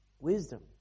Wisdom